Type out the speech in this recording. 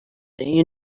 you